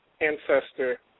Ancestor